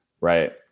right